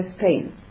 pain